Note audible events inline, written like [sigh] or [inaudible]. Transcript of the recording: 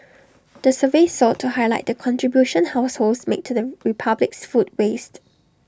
[noise] the survey sought to highlight the contribution households make to the republic's food waste